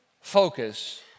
focus